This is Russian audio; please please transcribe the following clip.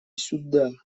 сюда